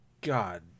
God